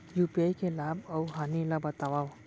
UPI के लाभ अऊ हानि ला बतावव